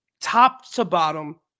top-to-bottom